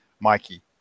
Mikey